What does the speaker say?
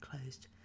closed